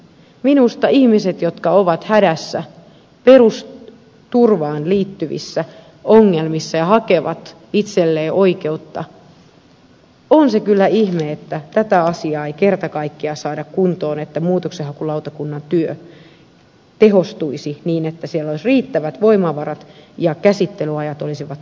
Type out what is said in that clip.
minusta kun ihmiset ovat hädässä perusturvaan liittyvissä ongelmissa ja hakevat itselleen oikeutta on se kyllä ihme että tätä asiaa ei kerta kaikkiaan saada kuntoon että muutoksenhakulautakunnan työ tehostuisi niin että siellä olisi riittävät voimavarat ja käsittelyajat olisivat kohtuullisia